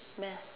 math